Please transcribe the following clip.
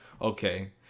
okay